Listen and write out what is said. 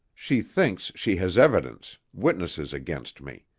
she thinks she has evidence, witnesses against me.